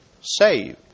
saved